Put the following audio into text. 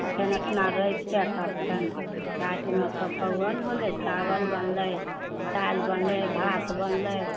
फेर अपना राखि कऽ तब फेर रातिमे चोकव्वल भेलै चावल बनलै दालि बनलै भात बनलै